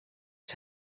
his